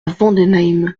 vendenheim